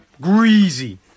greasy